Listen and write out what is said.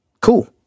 cool